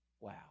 Wow